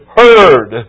heard